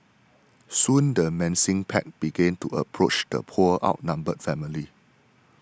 soon the menacing pack began to approach the poor outnumbered family